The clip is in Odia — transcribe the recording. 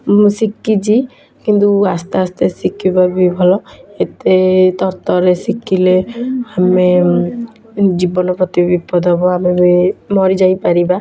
ମୁଁ ଶିଖିଛି କିନ୍ତୁ ଆସ୍ତେ ଆସ୍ତେ ଶିଖିବା ବି ଭଲ ଏତେ ତରତରରେ ଶିଖିଲେ ଆମେ ଜୀବନ ପ୍ରତି ବିପଦ ହେବ ଆମେ ବି ମରି ଯାଇପାରିବା